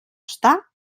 estar